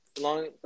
long